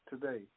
today